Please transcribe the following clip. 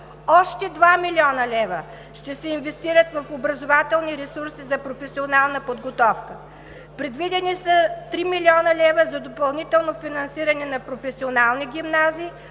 Още 2 млн. лв. ще се инвестират в образователни ресурси за професионална подготовка. Предвидени са 3 млн. лв. за допълнително финансиране на професионални гимназии,